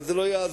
אבל זה לא יעזור.